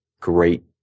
great